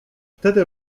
wtedy